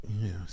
Yes